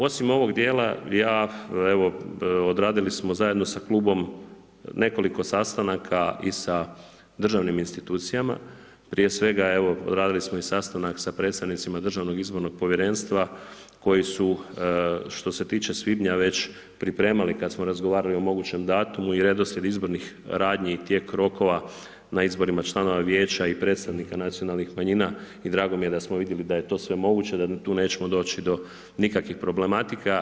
Osim ovog dijela, ja evo odradili smo zajedno sa klubom, nekoliko sastanaka i sa držanim institucijama, prije svega, evo, radili smo i sastanak sa predstavnicima Državnog izbornog povjerenstva koji su što se tiče svibnja, već pripremali, kada smo razgovarali o mogućem datumu i redoslijed izbornih radnji i tijek rokova, na izborima članova vijeća i predstavnika nacionalnih manjina i drago mi je da smo vidjeli da je to sve moguće da tu neće doći do nikakvih problematika.